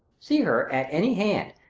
see her, at any hand.